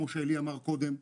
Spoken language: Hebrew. כמו שאלי אמר קודם,